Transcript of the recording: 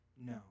No